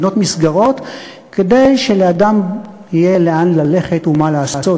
לבנות מסגרות כדי שלאדם יהיה לאן ללכת ומה לעשות.